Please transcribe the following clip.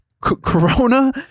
corona